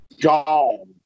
gone